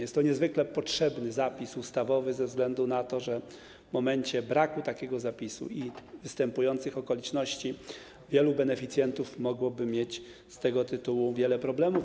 Jest to niezwykle potrzebny zapis ustawowy ze względu na to, że w momencie braku takiego zapisu i występowania tych okoliczności wielu beneficjentów mogłoby mieć z tego tytułu wiele problemów.